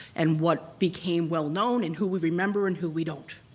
and what became well-known, and who we remember and who we don't.